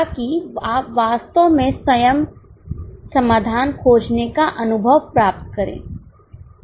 ताकि आप वास्तव में स्वयं समाधान खोजने का अनुभव प्राप्त करें